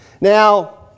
Now